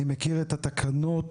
אני מכיר את התקנות,